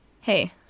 Hey